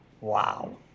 wow